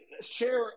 share